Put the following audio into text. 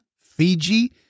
Fiji